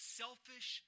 selfish